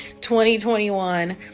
2021